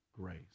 grace